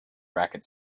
racket